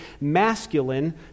masculine